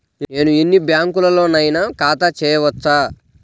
నేను ఎన్ని బ్యాంకులలోనైనా ఖాతా చేయవచ్చా?